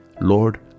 Lord